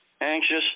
anxious